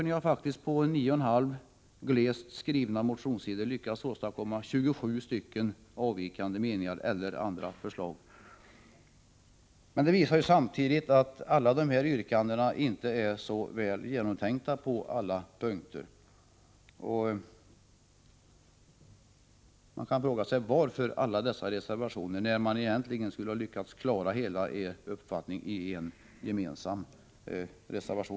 Ni har faktiskt på 9,5 glest skrivna motionssidor lyckats åstadkomma 27 avvikande meningar eller andra förslag. Det visar samtidigt att inte alla era yrkanden är särskilt väl genomtänkta på alla punkter. Man kan fråga sig: Varför alla dessa reservationer, när det egentligen borde vara möjligt att klargöra er uppfattning, totalt, i en enda reservation?